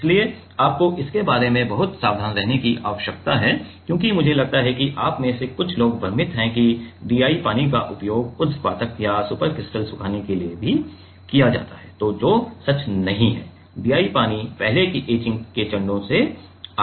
इसलिए आपको इसके बारे में बहुत सावधान रहने की आवश्यकता है क्योंकि मुझे लगता है कि आप में से कुछ लोगों भ्रमित है कि DI पानी का उपयोग ऊध्र्वपातक और सुपरक्रिटिकल सुखाने के लिए भी किया जाता है जो कि सच नहीं है DI पानी पहले एचिंग के चरणों से आता है